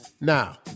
Now